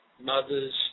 mothers